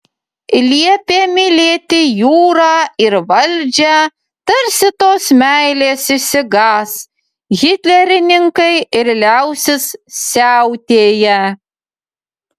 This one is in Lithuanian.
liepė mylėti jūrą ir valdžią tarsi tos meilės išsigąs hitlerininkai ir liausis siautėję